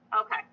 Okay